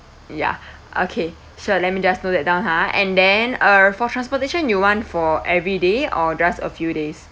ya okay sure let me just note that down ah and then uh for transportation you want for every day or just a few days